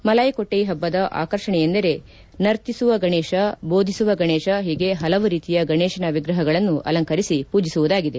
ಮಲಾಯಿಕೊಟ್ಟೈ ಹಬ್ಬದ ಆಕರ್ಷಣೆಯೆಂದರೆ ನರ್ತಿಸುವ ಗಣೇಶ ಬೋಧಿಸುವ ಗಣೇಶ ಹೀಗೆ ಹಲವು ರೀತಿಯ ಗಣೇಶನ ವಿಗ್ರಹಗಳನ್ನು ಅಲಂಕರಿಸಿ ಪೂಜಿಸುವುದಾಗಿದೆ